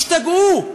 השתגעו.